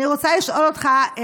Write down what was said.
אני רוצה לשאול אותך,